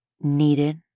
needed